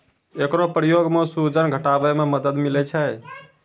एकरो प्रयोग सें सूजन घटावै म मदद मिलै छै